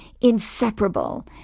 inseparable